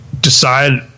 decide